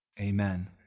amen